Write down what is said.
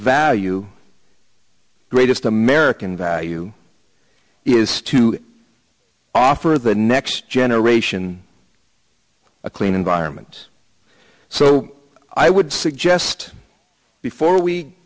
value greatest american value is to offer the next generation a clean environment so i would suggest before we